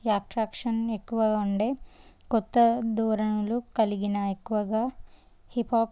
attraction ఎక్కువగా ఉండే క్రొత్త దోరణులు కలిగిన ఎక్కువగా హిప్ హాప్